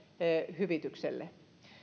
hyvitykselle